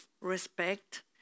respect